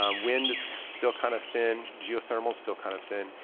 um wind is still kind of thin. geothermal still kind of thin.